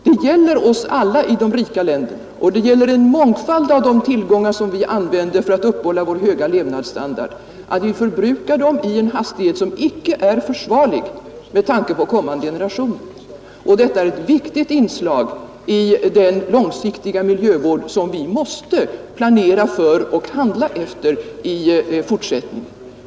Det gäller oss alla i de rika länderna, och det gäller en mångfald av de tillgångar som vi använder för att uppehålla vår höga levnadsstandard, att vi förbrukar dem med en hastighet som inte är försvarlig med tanke på kommande generationer. Detta är ett viktigt problem att beakta i den plan för en långsiktig miljövård vi måste arbeta fram och handla efter i fortsättningen.